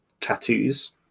tattoos